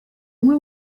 umwe